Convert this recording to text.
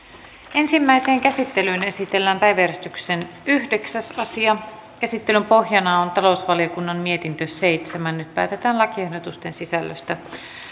ensimmäiseen käsittelyyn esitellään päiväjärjestyksen yhdeksäs asia käsittelyn pohjana on on talousvaliokunnan mietintö seitsemän nyt päätetään lakiehdotusten sisällöstä